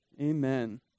Amen